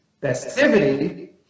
Festivity